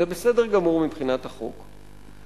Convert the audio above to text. זה בסדר גמור מבחינת החוק,